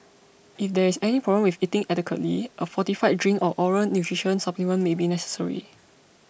if there is any problem with eating adequately a fortified drink or oral nutrition supplement may be necessary